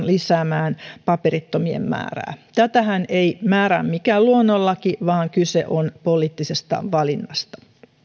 lisäämään paperittomien määrää tätähän ei määrää mikään luonnonlaki vaan kyse on poliittisesta valinnasta